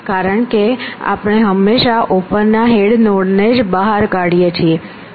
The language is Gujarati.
કારણ કે આપણે હંમેશ ઓપન ના હેડ નોડ ને જ બહાર કાઢીએ છીએ